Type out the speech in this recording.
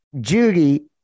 Judy